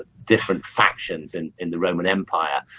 different factions and in the roman empire,